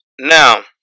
Now